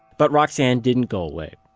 but roxane didn't go away.